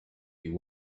you